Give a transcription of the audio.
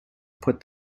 put